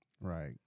Right